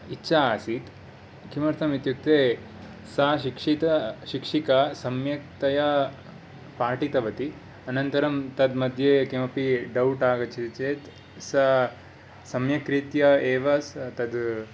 इच्छा आसीत् किमर्थम् इत्युक्ते सा शिक् शिक्षिका सम्यक्तया पाठितवती अनन्तरं तन् मध्ये किमपि डौट् आगच्छति चेत् सा समयक् रीत्या एव तत्